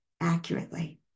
accurately